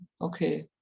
Okay